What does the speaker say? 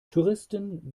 touristen